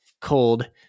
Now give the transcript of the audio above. cold